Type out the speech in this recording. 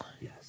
Yes